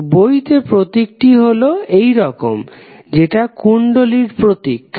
তো বইতে প্রতীকটি হলো এইরকম যেটা কুণ্ডলীর প্রতীক